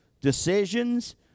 decisions